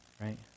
right